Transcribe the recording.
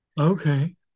Okay